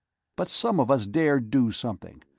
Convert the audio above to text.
but some of us dare do something,